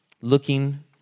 looking